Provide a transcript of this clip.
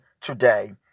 today